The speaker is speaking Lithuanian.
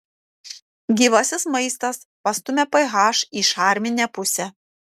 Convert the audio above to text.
gyvasis maistas pastumia ph į šarminę pusę